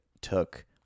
took